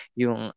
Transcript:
yung